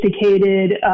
sophisticated